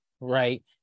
right